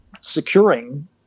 securing